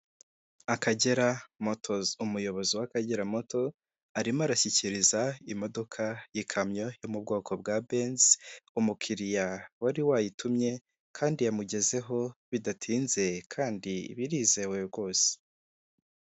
Akagera motozi umuyobozi w'akagera moto arimo arashyikiriza imodoka y'ikamyo yo mu bwoko bwa benzi umukiriya wari wayitumye, kandi yamugezeho bidatinze kandi birizewe rwose.